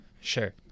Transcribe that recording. Sure